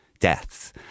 deaths